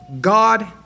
God